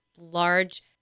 large